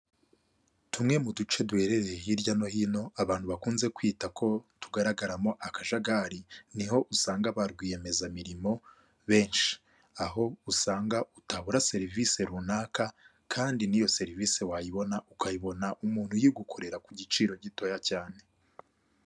Tumwe mu duce duherereye hirya no hino abantu bakunze kwita ko tugaragaramo akajagari niho usanga ba rwiyemezamirimo benshi, aho usanga utabura serivisi runaka kandi n'iyo serivisi wayibona ukayibona umuntu uyigukorera ku giciro gitoya cyane.